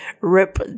Rip